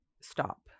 stop